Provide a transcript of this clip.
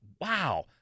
Wow